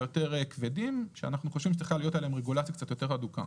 היותר כבדים שאנחנו חושבים שצריכה להיות עליהם רגולציה קצת יותר הדוקה.